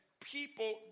people